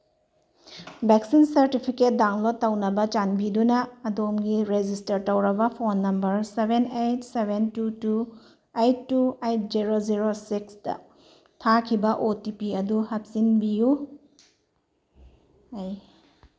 vaccine certificate download ꯇꯧꯅꯕ ꯆꯥꯟꯕꯤꯗꯨꯅ ꯑꯗꯣꯝꯒꯤ ꯔꯦꯖꯤꯁꯇꯔ ꯇꯧꯔꯕ phone number seven eight seven two two eight two eight zero zero ꯁꯤꯛꯁꯇ ꯊꯥꯈꯤꯕ ꯑꯣ ꯇꯤ ꯄꯤ ꯑꯗꯨ ꯍꯥꯞꯆꯤꯟꯕꯤꯌꯨ